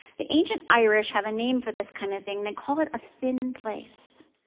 the ancient irish have a name for this kind of thing. they call it a thin place,